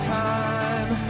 time